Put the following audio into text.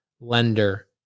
lender